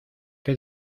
qué